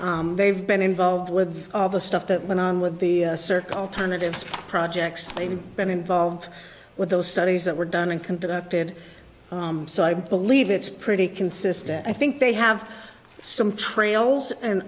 zoning they've been involved with all the stuff that went on with the circle turn that it's projects they've been involved with those studies that were done and conducted so i believe it's pretty consistent i think they have some trails and